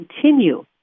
continue